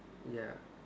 ya